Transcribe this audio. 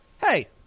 Hey